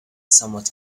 somewhat